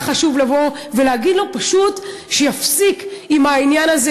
היה חשוב לבוא ולהגיד לו פשוט שיפסיק עם העניין הזה,